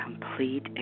complete